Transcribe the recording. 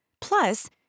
Plus